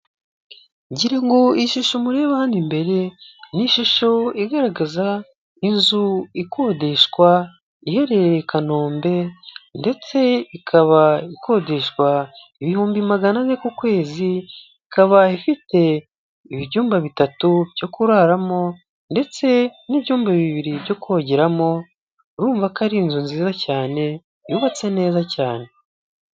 Girango ishusho mureba hano imbere ni shusho igaragaza inzu ikodeshwa, iherereye i kanombe ndetse ikaba ikodeshwa ibihumbi magana ane ku kwezi. Ikabaye ifite ibyumba bitatu byo kuraramo ndetse n'ibyumba bibiri byo kongeramo. Urumva ko ari inzu nziza cyane yubatse neza cyane.